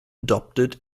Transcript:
adopted